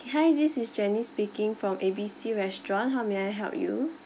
hi this is janice speaking from A_B_C restaurant how may I help you